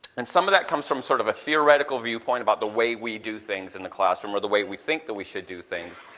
and some of that comes from sort of a theoretical viewpoint about the way we do things in the classroom, or the way we think that we should do things,